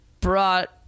brought